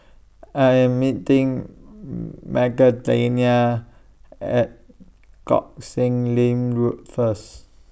I Am meeting Magdalena At Koh Sek Lim Road First